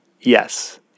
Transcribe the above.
Yes